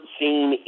seen